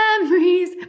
memories